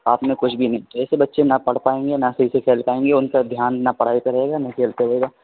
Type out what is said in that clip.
آپ نے کچھ بھی نہیں کیا ایسے بچے نہ پڑھ پائیں گے نہ صحیح سے کھیل پائیں گے ان کا دھیان نہ پڑھائی پہ رہے گا نہ کھیل پہ رہے گا